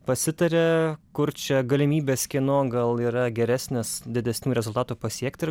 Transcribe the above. pasitaria kur čia galimybės kieno gal yra geresnės didesnių rezultatų pasiekti ir